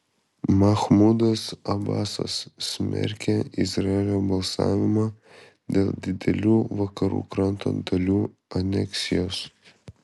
machmudas abasas smerkia izraelio balsavimą dėl didelių vakarų kranto dalių aneksijos